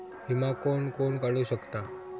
विमा कोण कोण काढू शकता?